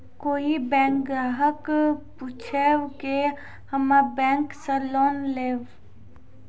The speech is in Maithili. कोई बैंक ग्राहक पुछेब की हम्मे बैंक से लोन लेबऽ?